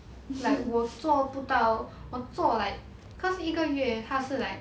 like 我做不到我做 like cause 一个月他是 like